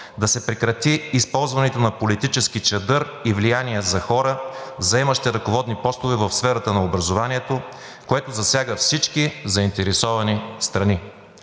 да се прекрати използването на политически чадър и влияние за хора, заемащи ръководни постове в сферата на образованието, което засяга всички заинтересовани страни.